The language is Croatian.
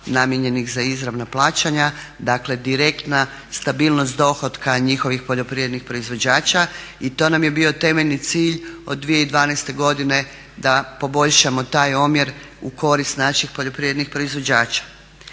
namijenjenih za izravna plaćanja, dakle direktna stabilnost dohotka njihovih poljoprivrednih proizvođača i to nam je bio temeljni cilj od 2012. godine da poboljšamo taj omjer u korist naših poljoprivrednih proizvođača.